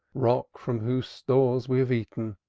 rock from whose stores we have eaten,